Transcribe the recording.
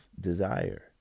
desire